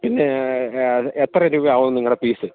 പിന്നെ എത്ര രൂപയാവും നിങ്ങളുടെ ഫീസ്